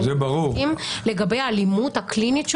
לגבי האלימות הקלינית שלו,